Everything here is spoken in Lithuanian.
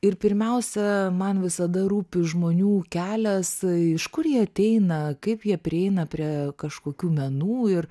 ir pirmiausia man visada rūpi žmonių kelias iš kur jie ateina kaip jie prieina prie kažkokių menų ir